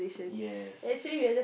yes